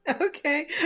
okay